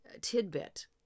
tidbit